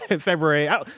February